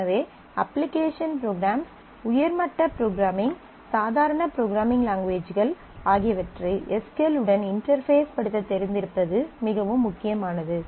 எனவே application programs உயர் மட்ட ப்ரோக்ராம்மிங் சாதாரண ப்ரோக்ராம்மிங் லாங்குவேஜ்கள் ஆகியவற்றை எஸ் க்யூ எல் உடன் இன்டெர்பேஸ் படுத்தத் தெரிந்திருப்பது மிகவும் முக்கியமானது